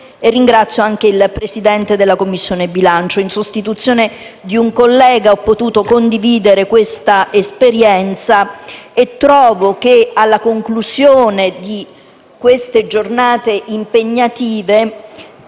ringrazio anche il Presidente della Commissione bilancio. In sostituzione di un collega ho potuto condividere questa esperienza e trovo che, alla conclusione di queste giornate impegnative,